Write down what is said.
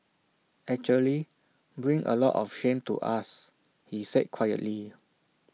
actually bring A lot of shame to us he said quietly